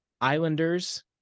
Islanders